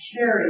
carry